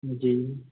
ਜੀ